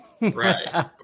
Right